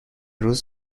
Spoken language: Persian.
روز